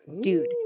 Dude